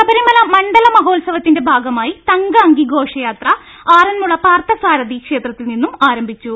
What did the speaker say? ശബരിമല മണ്ഡല മഹോത്സവത്തിന്റെ ഭാഗമായി തങ്കഅങ്കി ഘോഷയാത്ര ആറന്മുള പാർത്ഥസാരഥി ക്ഷേത്രത്തിൽ നിന്ന് ആരംഭിച്ചു